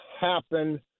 happen